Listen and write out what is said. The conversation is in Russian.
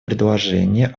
предложение